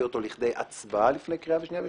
אותו לכדי הצבעה לפני קריאה שנייה ושלישית.